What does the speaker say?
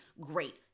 great